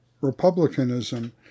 republicanism